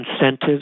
incentives